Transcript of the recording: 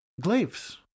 glaives